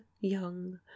young